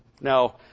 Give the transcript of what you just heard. Now